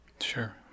Sure